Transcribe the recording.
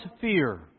fear